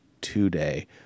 today